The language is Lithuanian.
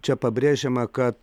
čia pabrėžiama kad